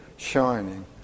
shining